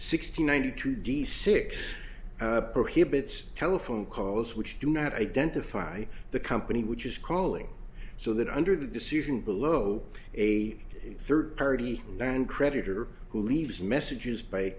sixty ninety two d six prohibits telephone calls which do not identify the company which is calling so that under the decision below a third party one creditor who leaves messages by